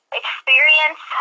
experience